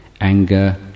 anger